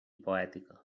poètica